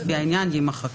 לפי העניין" - יימחקו.